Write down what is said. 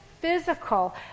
physical